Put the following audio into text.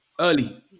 early